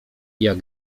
jak